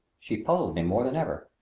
she puzzled me more than ever.